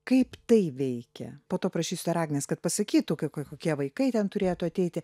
kaip tai veikia po to prašysiu dar agnės kad pasakytų kai kokie vaikai ten turėtų ateiti